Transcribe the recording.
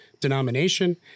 denomination